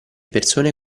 persone